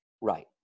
Right